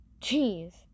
Jeez